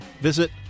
visit